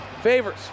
favors